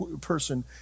person